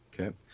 Okay